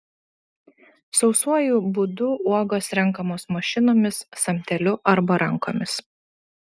sausuoju būdu uogos renkamos mašinomis samteliu arba rankomis